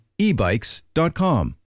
ebikes.com